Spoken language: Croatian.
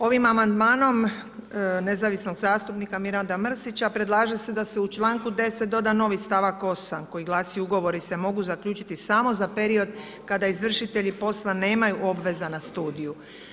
Ovim amandmanom nezavisnog zastupnika Miranda Mrsića predlaže se da se u članku 10. doda novi stavak 8. koji glasi: Ugovori se mogu zaključiti samo za period kada izvršitelji posla nemaju obveza na studiju.